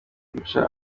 guca